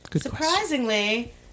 Surprisingly